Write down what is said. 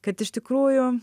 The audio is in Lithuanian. kad iš tikrųjų